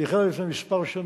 היא החלה לפני כמה שנים,